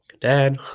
Dad